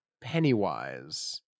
Pennywise